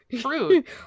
fruit